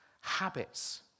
habits